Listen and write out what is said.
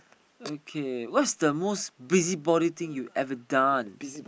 okay what's the most busybody thing you ever done